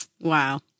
Wow